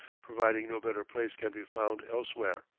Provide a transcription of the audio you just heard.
providing no better place can be found elsewhere.